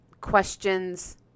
questions